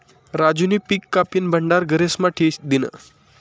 राजूनी पिक कापीन भंडार घरेस्मा ठी दिन्हं